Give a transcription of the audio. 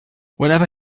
whenever